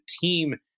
team